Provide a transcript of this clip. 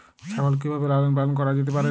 ছাগল কি ভাবে লালন পালন করা যেতে পারে?